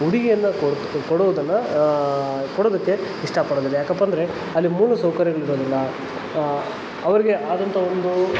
ಹುಡುಗಿಯನ್ನ ಕೊಡುವುದನ್ನು ಕೊಡೋದಕ್ಕೆ ಇಷ್ಟ ಪಡೋದಿಲ್ಲ ಯಾಕಪ್ಪಾಂದರೆ ಅಲ್ಲಿ ಮೂಲ ಸೌಕರ್ಯಗಳಿರೋದಿಲ್ಲ ಅವರಿಗೆ ಆದಂಥ ಒಂದು